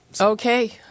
Okay